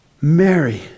Mary